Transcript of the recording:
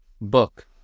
book